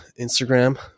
Instagram